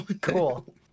Cool